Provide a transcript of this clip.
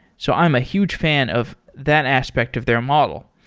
so i'm a huge fan of that aspect of their model.